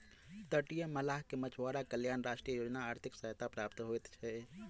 तटीय मल्लाह के मछुआरा कल्याण राष्ट्रीय योजना आर्थिक सहायता प्राप्त होइत छै